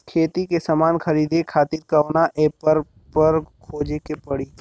खेती के समान खरीदे खातिर कवना ऐपपर खोजे के पड़ी?